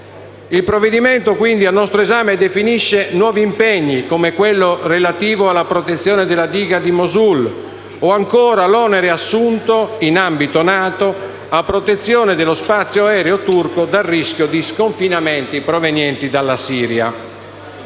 il provvedimento al nostro esame definisce nuovi impegni, come quello relativo alla protezione della diga di Mosul o ancora l'onere assunto in ambito NATO a protezione dello spazio aereo turco dal rischio di sconfinamenti provenienti dalla Siria.